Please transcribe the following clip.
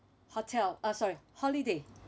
hotel uh sorry holiday